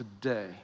today